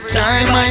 time